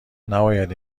نباید